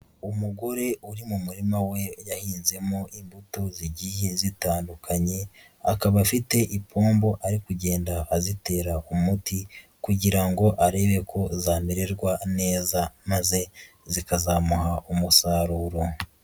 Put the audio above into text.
Umugore uri mu murima we yahinzemo imbuto zigiye zitandukanye, akaba afite ipombo ari kugenda azitera umuti kugira ngo arebe ko zamererwa neza maze zikazamuha umusaruro.